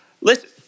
listen